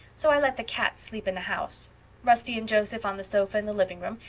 so i let the cats sleep in the house rusty and joseph on the sofa in the living-room,